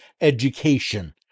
education